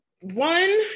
one